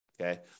okay